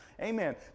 Amen